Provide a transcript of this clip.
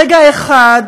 רגע אחד,